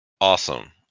awesome